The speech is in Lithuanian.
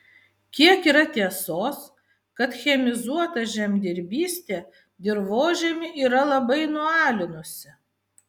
kiek yra tiesos kad chemizuota žemdirbystė dirvožemį yra labai nualinusi